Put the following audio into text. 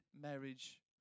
marriage